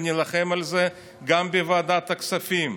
ונילחם על זה גם בוועדת הכספים.